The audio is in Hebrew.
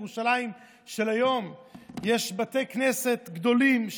בירושלים של היום יש בתי כנסת גדולים,